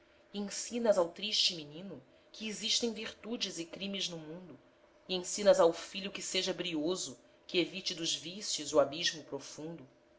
e ensinas ao triste menino que existem virtudes e crimes no mundo e ensinas ao filho que seja brioso que evite dos vícios o abismo profundo